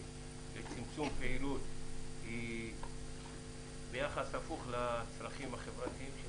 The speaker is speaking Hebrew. לצמצום פעילות היא ביחס הפוך לצרכים החברתיים של